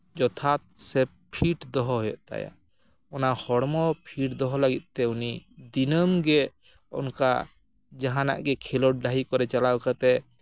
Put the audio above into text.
ᱡᱚᱛᱷᱟᱛ ᱥᱮ ᱯᱷᱤᱴ ᱫᱚᱦᱚ ᱦᱩᱭᱩᱜ ᱛᱟᱭᱟ ᱚᱱᱟ ᱦᱚᱲᱢᱚ ᱯᱷᱤᱴ ᱫᱚᱦᱚ ᱞᱟᱹᱜᱤᱫ ᱛᱮ ᱩᱱᱤ ᱫᱤᱱᱟᱹᱢ ᱜᱮ ᱚᱱᱠᱟ ᱡᱟᱦᱟᱱᱟᱜ ᱜᱮ ᱠᱷᱮᱞᱳᱰ ᱰᱟᱹᱦᱤ ᱠᱚᱨᱮ ᱪᱟᱞᱟᱣ ᱠᱟᱛᱮᱫ